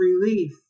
relief